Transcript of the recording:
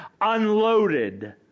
unloaded